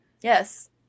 Yes